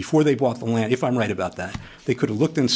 before they bought the land if i'm right about that they could have looked